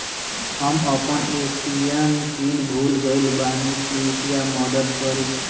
हम अपन ATM PIN भूल गएल बानी, कृपया मदद करीं